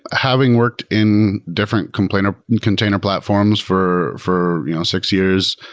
having worked in different container container platforms for for you know six years,